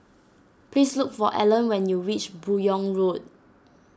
please look for Alan when you reach Buyong Road